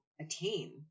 attain